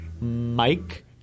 Mike